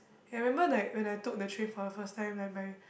I remember like when I took the train for the first time like my